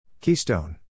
keystone